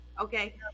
okay